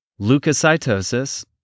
leukocytosis